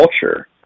culture